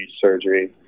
surgery